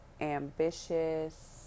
ambitious